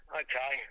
okay